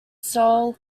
sole